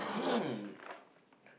hmm